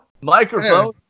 Microphone